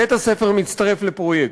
בית-הספר מצטרף לפרויקט,